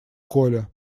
коля